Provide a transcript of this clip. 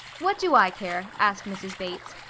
what do i care? asked mrs. bates.